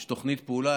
יש תוכנית פעולה,